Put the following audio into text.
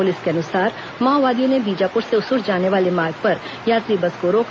police के अनुसार माओवादियों ने बीजापुर से उसूर जाने वाले मार्ग पर यात्री बस को रोका